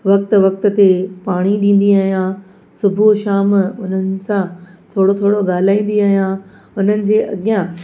वक्त वक्त ते पाणी ॾींदी अहियां सुबुह शाम उन्हनि सां थोरो थोरो ॻालाईंदी आहियां हुननि जे अॻियां